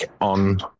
on